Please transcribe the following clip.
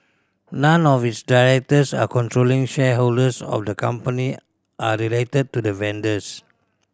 none of its directors or controlling shareholders of the company are related to the vendors